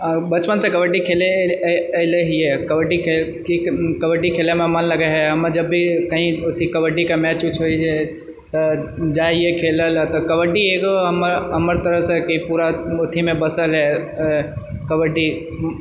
बचपनसे कबड्डी खेलै एलिएहै कबड्डी खेलै कबड्डी खेलैमे मन लगय है हमर जबभी कही अथि कबड्डीके मैच वूच होइत छै तऽ जाइए खेलै लए तऽ कबड्डी एकगो हमर हमर तरफसँ कि पूरा अथिमे बसल है कबड्डी